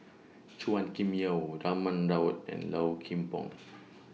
Chua Kim Yeow Raman Daud and Low Kim Pong